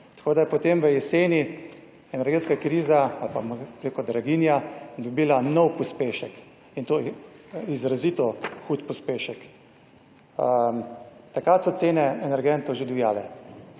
Tako da je potem v jeseni energetska kriza ali pa preko draginja dobila nov pospešek in to je izrazito hud pospešek. Takrat so cene energentov že divjale